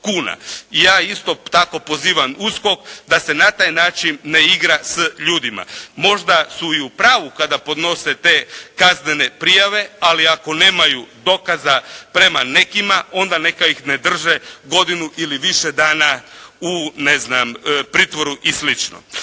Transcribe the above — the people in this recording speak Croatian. ja isto tako pozivam USKOK da se na taj način ne igra s ljudima. Možda su i u pravu kada podnose te kaznene prijave, ali ako nemaju dokaza prema nekima, onda neka ih ne drže godinu ili više dana u pritvoru i